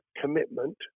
commitment